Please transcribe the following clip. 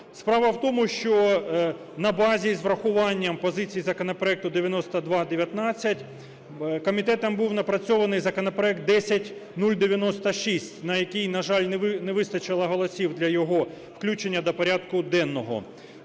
Справа в тому, що на базі із врахуванням позицій законопроекту 9219 комітетом був напрацьований законопроект 10096, на який, на жаль, не вистачило голосів для його включення до порядку денного.